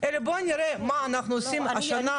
אלא בואו נראה מה אנחנו עושים השנה.